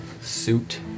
suit